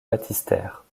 baptistère